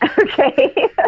okay